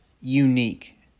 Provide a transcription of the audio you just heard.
unique